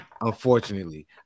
Unfortunately